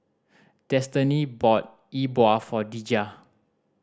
Destany bought E Bua for Deja